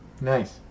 Nice